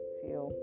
feel